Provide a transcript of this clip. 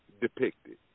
depicted